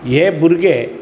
हे भुरगे